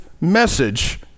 message